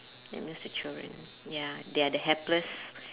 that means the children ya they are the helpless